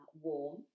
warm